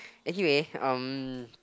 anyway um